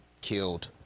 killed